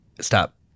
stop